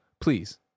please